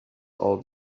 all